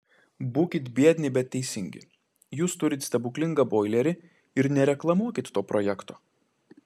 būkit biedni bet teisingi jūs turit stebuklingą boilerį ir nereklamuokit to projekto